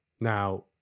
Now